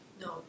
No